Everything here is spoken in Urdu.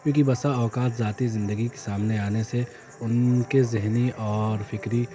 کیونکہ بسا اوقات ذاتی زندگی کے سامنے آنے سے ان کے ذہنی اور فکری